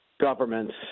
governments